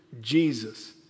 Jesus